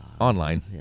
Online